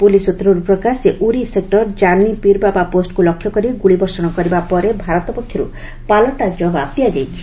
police ସୂତ୍ରରୁ ପ୍ରକାଶ ଯେ ଉରି ସେକ୍ଟର ଜାନି ପୀର ବାବା ପୋଷ୍ଟକୁ ଲକ୍ଷ୍ୟ କରି ଗୁଳିବର୍ଷଣ କରିବା ପରେ ଭାରତ ପକ୍ଷରୁ ପାଲଟା ଜବାବ୍ ଦିଆଯାଇଛି